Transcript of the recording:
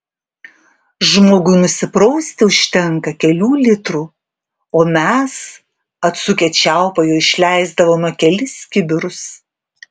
žmogui nusiprausti užtenka kelių litrų o mes atsukę čiaupą jo išleisdavome kelis kibirus